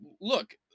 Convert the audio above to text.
look